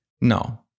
no